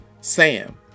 Sam